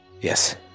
yes